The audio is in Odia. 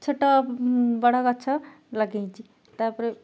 ଛୋଟ ବଡ଼ ଗଛ ଲଗେଇଛି ତା'ପରେ